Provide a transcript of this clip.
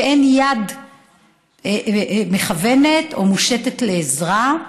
שאין יד מכוונת או מושטת לעזרה.